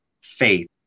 faith